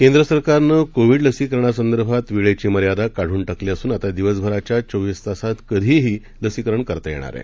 केंद्र सरकारनं कोविड लसीकरणासंदर्भात वेळेची मर्यादा काढून टाकली असून आता दिवसभराच्या चोविस तासात कधीही लसीकरण करता येणार आहे